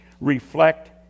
reflect